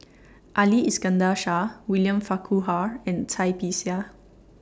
Ali Iskandar Shah William Farquhar and Cai Bixia